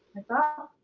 and